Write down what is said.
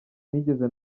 sinigeze